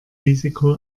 risiko